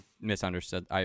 misunderstood